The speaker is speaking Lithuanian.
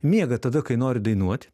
miega tada kai nori dainuot